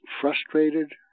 frustrated